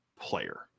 player